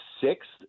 sixth